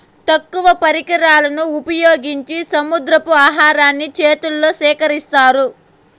తక్కువ పరికరాలను ఉపయోగించి సముద్రపు ఆహారాన్ని చేతులతో సేకరిత్తారు